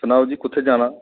सनाओ जी कुत्थै जाना ऐ